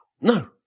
No